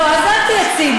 לא, אז אל תהיה ציני.